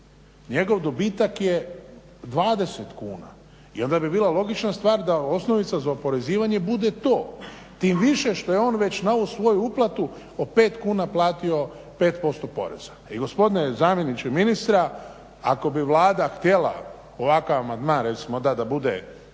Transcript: njegov dobitak je 20 kuna. I onda bi bila logična stvar da osnovica za oporezivanje bude to, tim više što je on već na ovu svoju uplatu od 5 kuna platio 5% poreza. I gospodine zamjeniče ministra ako bi Vlada htjela ovakav amandman recimo dati da bude